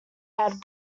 had